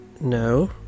No